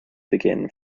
begin